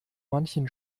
manchen